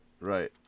Right